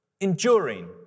enduring